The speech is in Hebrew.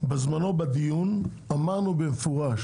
שבזמנו בדיון אמרנו במפורש